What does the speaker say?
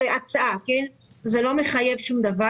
זאת הצעה והיא לא מחייבת.